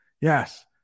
yes